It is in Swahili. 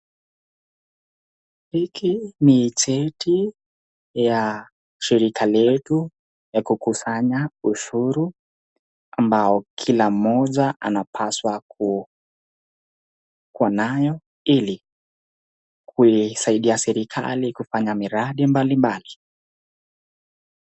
Hiki ni cheti ya serikali yetu ya kukusanya ushuru ambayo kila mtu anafaa kuwa nayo, ili kuisaidia serikali kufanya miradi mbalimbali.